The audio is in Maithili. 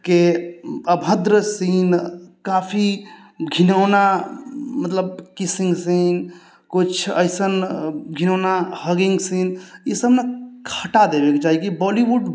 के अभद्र सीन काफी घिनौना मतलब किसिङ्ग सीन किछु अइसन घिनौना हगिङ्ग सीन ई सब ने हटा देबेके चाही कि बॉलीवुड